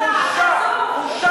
בושה, בושה.